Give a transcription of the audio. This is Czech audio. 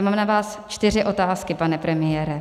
Mám na vás čtyři otázky, pane premiére.